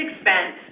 expense